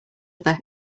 other